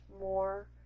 more